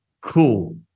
cool